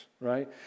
right